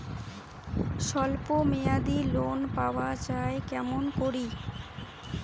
স্বল্প মেয়াদি লোন পাওয়া যায় কেমন করি?